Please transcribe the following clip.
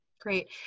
Great